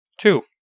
Two